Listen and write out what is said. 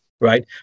right